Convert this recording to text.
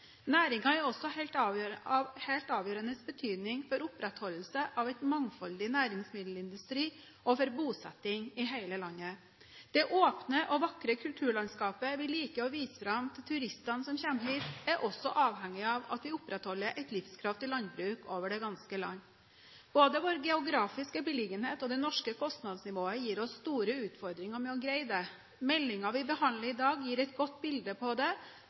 er også av helt avgjørende betydning for opprettholdelse av en mangfoldig næringsmiddelindustri og for bosetting i hele landet. Det åpne og vakre kulturlandskapet vi liker å vise fram til turistene som kommer hit, er også avhengig av at vi opprettholdet et livskraftig landbruk over det ganske land. Både vår geografiske beliggenhet og det norske kostnadsnivået gir oss store utfordringer med å greie det. Meldingen vi behandler i dag, gir et godt bilde på det